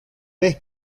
vez